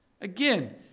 Again